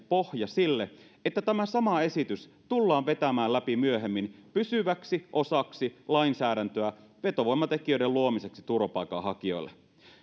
pohja sille että tämä sama esitys tullaan vetämään läpi myöhemmin pysyväksi osaksi lainsäädäntöä vetovoimatekijöiden luomiseksi turvapaikanhakijoille